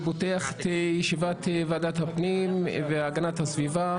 אני פותח את ישיבת ועדת הפנים והגנת הסביבה.